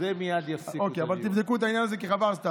מייד יפסיקו את הדיון.